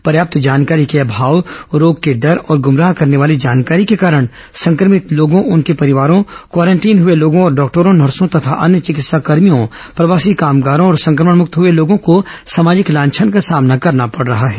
पर्याप्त जानकारी के अमाव रोग के डर और गुमराह करने वाली जानकारी के कारण संक्रमित लोगों उनके परिवारों क्वारंटीन हुए लोगों और डॉक्टरों नर्सों अन्य चिकित्साकर्मियों प्रवासी कामगारों और संक्रमण मुक्त हए लोगों को सामाजिक लांछन का सामना करना पड रहा है